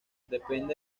depende